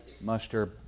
muster